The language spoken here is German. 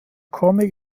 comic